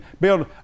build